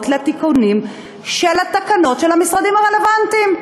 לתיקונים של התקנות של המשרדים הרלוונטיים.